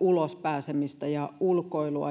ulos pääsemistä ja ulkoilua